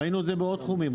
ראינו את זה בעוד תחומים,